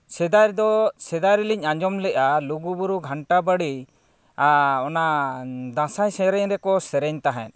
ᱥᱮᱫᱟᱭ ᱨᱮᱫᱚ ᱥᱮᱫᱟᱭ ᱨᱮᱞᱤᱧ ᱟᱡᱚᱢ ᱞᱮᱜᱼᱟ ᱞᱩᱜᱩᱼᱵᱩᱨᱩ ᱜᱷᱟᱱᱴᱟ ᱵᱟᱲᱮ ᱟᱨ ᱚᱱᱟ ᱫᱟᱸᱥᱟᱭ ᱥᱮᱨᱮᱧ ᱨᱮᱠᱚ ᱥᱮᱨᱮᱧ ᱛᱟᱦᱮᱸᱫ